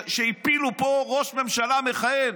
שהפילו פה ראש ממשלה מכהן.